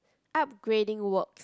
upgrading works